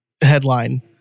headline